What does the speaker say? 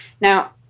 Now